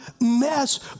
mess